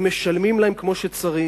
אם משלמים להם כמו שצריך,